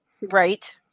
Right